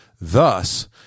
thus